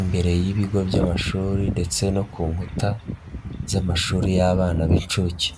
imbere y'ibigo by'amashuri ndetse no ku nkuta z'amashuri y'abana b'inshuke.